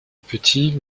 petit